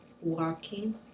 walking